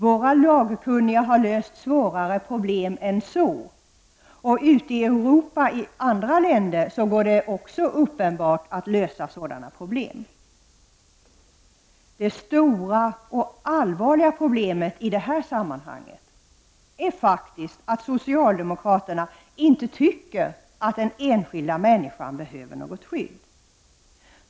Våra lagkunniga har löst svårare problem än så. Ute i Europa, i andra länder, går det uppenbart att lösa sådana problem. Det stora och allvarliga problemet i det här sammanhanget är faktiskt att socialdemokraterna inte tycker att den enskilda människan behöver något skydd.